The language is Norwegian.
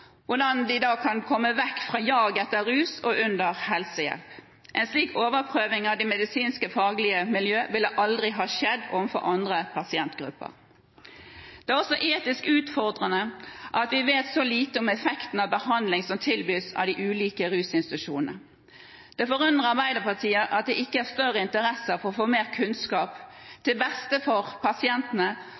fagmiljøene når de vil forske på om heroinassistert behandling kan bidra til å få dem som har prøvd alt, som kanskje ikke tåler metadon eller de andre substitusjonsmedisinene, til å komme vekk fra jaget etter rus, og under helsehjelp. En slik overprøving av de medisinske fagmiljøene ville aldri ha skjedd overfor andre pasientgrupper. Det er også etisk utfordrende at vi vet så lite om effekten av behandlingen som tilbys av de ulike rusinstitusjonene. Det forundrer Arbeiderpartiet at det